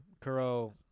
Kuro